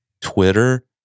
Twitter